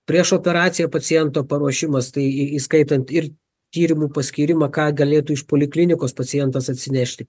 prieš operaciją paciento paruošimas tai įskaitant ir tyrimų paskyrimą ką galėtų iš poliklinikos pacientas atsinešti